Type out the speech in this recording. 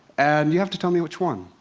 and you have to tell me which one.